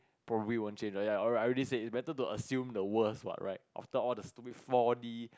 probably won't change right ya alright I already said it's better to assume the worst what right after all the stupid four-D